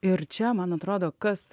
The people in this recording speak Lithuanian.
ir čia man atrodo kas